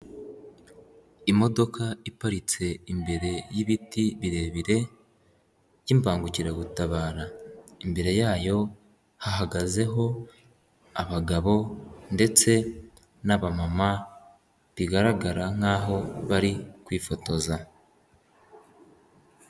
Imodoka iparitse imbere y'ibiti birebire by'imbangukiragutabara. Imbere yayo hahagazeho abagabo ndetse n'abamama bigaragara nk'aho bari kwifotoza.